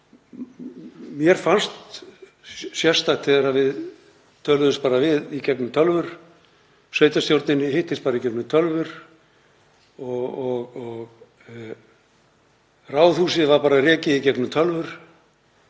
Mér fannst það sérstakt þegar við töluðumst bara við í gegnum tölvur. Sveitarstjórnin hittist bara í gegnum tölvur og Ráðhúsið var rekið í gegnum tölvur.